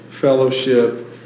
fellowship